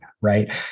right